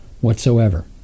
whatsoever